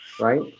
right